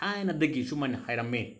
ꯊꯥꯏꯅꯗꯒꯤ ꯁꯨꯃꯥꯏꯅ ꯍꯥꯏꯔꯝꯃꯤ